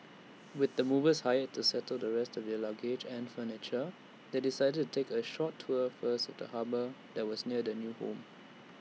with the movers hired to settle the rest of their luggage and furniture they decided to take A short tour first of the harbour that was near their new home